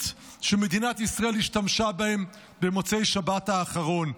שמדינת ישראל השתמשה בהן במוצאי שבת האחרונה: